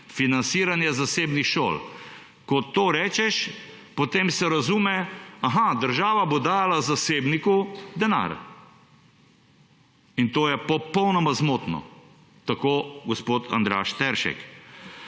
financiranje zasebnih šol. Ko to rečeš, potem se razume, aha, država bo dajala zasebniku denar. To je popolnoma zmotno – tako gospod Andraž Teršek